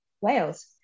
Wales